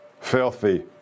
filthy